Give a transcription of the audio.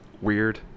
weird